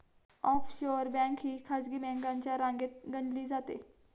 offshore bank ही खासगी बँकांच्या रांगेत गणली जाते